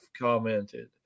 commented